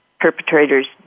perpetrators